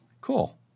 Cool